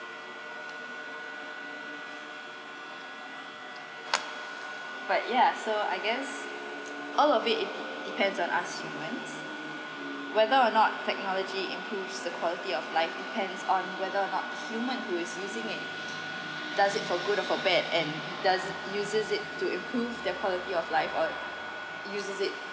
but ya so I guess all of it it depends on us humans whether or not technology improved the quality of life depends on whether or not human who is using it does it for good or for bad and thus uses it to improve the quality of life or uses it